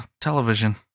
television